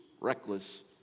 reckless